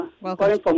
Welcome